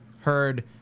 heard